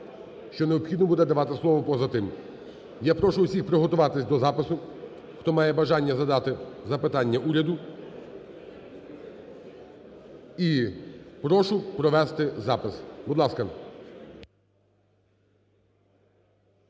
що необхідно буде давати слово поза тим. Я прошу всіх приготуватися до запису, хто має бажання задати запитання Уряду. І прошу провести запис. Будь ласка.